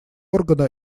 органа